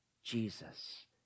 Jesus